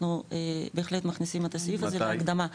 אנחנו בהחלט מכניסים את הסעיף הזה להקדמה.